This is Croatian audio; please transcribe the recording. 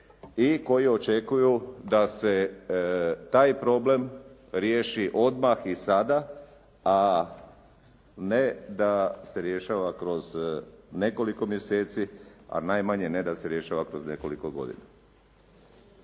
i koji očekuju da se taj problem riješi odmah i sada, a ne da se rješava kroz nekoliko mjeseci, a najmanje ne da se rješava kroz nekoliko godina.